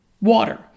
water